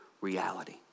reality